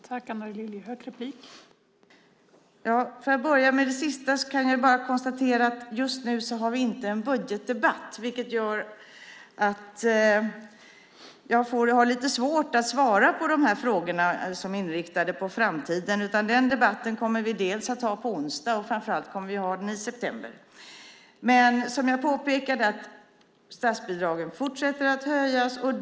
Fru talman! För att börja med det sista kan jag bara konstatera att vi just nu inte har en budgetdebatt, vilket gör att jag har lite svårt att svara på de här frågorna som är inriktade på framtiden. Den debatten kommer vi att ha dels på onsdag, dels framför allt i september. Som jag påpekade fortsätter statsbidragen att höjas.